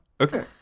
Okay